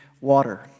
water